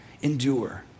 endure